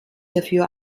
dafür